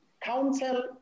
Council